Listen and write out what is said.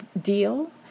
deal